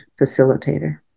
facilitator